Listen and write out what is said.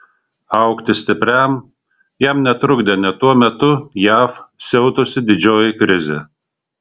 augti stipriam jam netrukdė nė tuo metu jav siautusi didžioji krizė